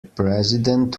president